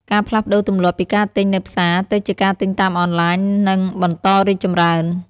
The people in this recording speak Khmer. ការផ្លាស់ប្តូរទម្លាប់ពីការទិញនៅផ្សារទៅជាការទិញតាមអនឡាញនឹងបន្តរីកចម្រើន។